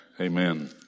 Amen